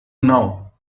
now